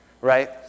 right